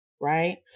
Right